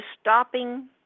stopping